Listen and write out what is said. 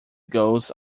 goals